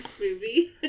movie